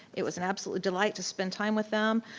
it was an absolute delight to spend time with them.